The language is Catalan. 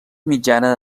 mitjana